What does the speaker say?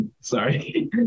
sorry